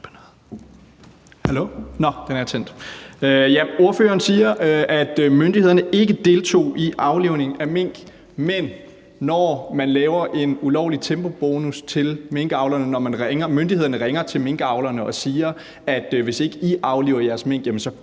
Ordføreren siger, at myndighederne ikke deltog i aflivningen af mink. Men når man laver en ulovlig tempobonus til minkavlerne, altså når myndighederne ringer